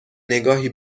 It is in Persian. نگاهی